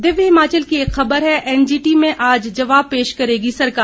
दिव्य हिमाचल की एक खबर है एनजीटी में आज जवाब पेश करेगी सरकार